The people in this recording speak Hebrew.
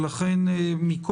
אני בטוח